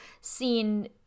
seen